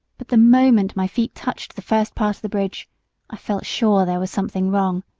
but the moment my feet touched the first part of the bridge i felt sure there was something wrong.